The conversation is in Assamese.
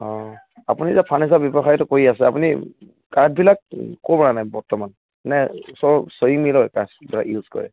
অঁ আপুনি যে ফাৰ্নিচাৰ ব্যৱসায়টো কৰি আছে আপুনি কাঠবিলাক ক'ৰ পৰা আনে বৰ্তমান নে চব ছয়িং মিলৰ কাঠ দাদা ইউজ কৰে